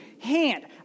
hand